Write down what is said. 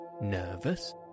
Nervous